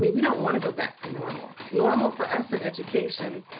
we we don't want to go back to normal. normal for us in education,